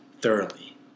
thoroughly